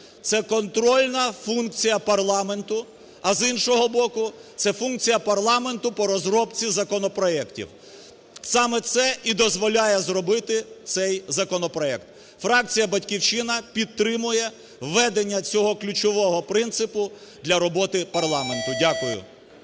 це контрольна функція парламенту, а з іншого боку – це функція парламенту по розробці законопроектів. Саме це і дозволяє зробити цей законопроект. Фракція "Батьківщина" підтримує введення цього ключового принципу для роботи парламенту. Дякую.